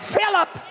Philip